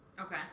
Okay